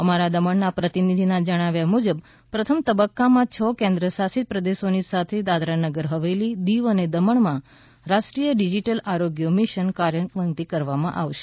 અમારા દમણના પ્રતિનિધિના જણાવ્યા મુજબ પ્રથમ તબક્કામાં છ કેન્દ્રશાસિત પ્રદેશોની સાથે દાદરાનગર હવેલી દીવ અને દમણમાં રાષ્ટ્રીય ડિજીટલ આરોગ્ય મિશન કાર્યાન્વિત કરવામાં આવશે